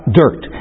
dirt